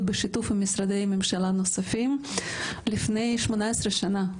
בשיתוף עם משרדי ממשלה נוספים לפני 18 שנה.